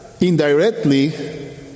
indirectly